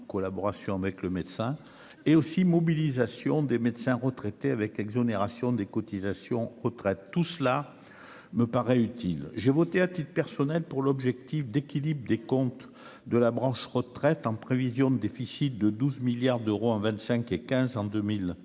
collaboration avec le médecin et aussi mobilisation des médecins retraités, avec exonération des cotisations retraite, tout cela me paraît utile, j'ai voté à titre personnel pour l'objectif d'équilibre des comptes de la branche retraite en prévision de déficit de 12 milliards d'euros en 25 et 15 en 2026